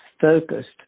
focused